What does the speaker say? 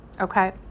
okay